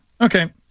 Okay